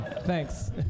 Thanks